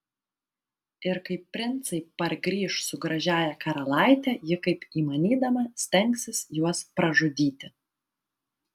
ir kai princai pargrįš su gražiąja karalaite ji kaip įmanydama stengsis juos pražudyti